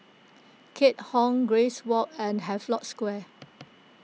Keat Hong Grace Walk and Havelock Square